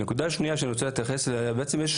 הנקודה השנייה שאני רוצה להתייחס אליה היא שיש